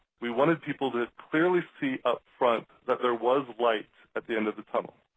we wanted people to clearly see up front there was light at the end of the tunnel.